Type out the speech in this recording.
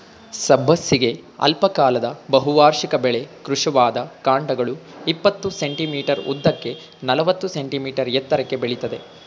ಸಬ್ಬಸಿಗೆ ಅಲ್ಪಕಾಲದ ಬಹುವಾರ್ಷಿಕ ಬೆಳೆ ಕೃಶವಾದ ಕಾಂಡಗಳು ಇಪ್ಪತ್ತು ಸೆ.ಮೀ ಉದ್ದಕ್ಕೆ ನಲವತ್ತು ಸೆ.ಮೀ ಎತ್ತರಕ್ಕೆ ಬೆಳಿತದೆ